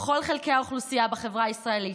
בכל חלקי האוכלוסייה בחברה הישראלית,